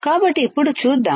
కాబట్టి ఇప్పుడు చూద్దాం